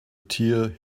tear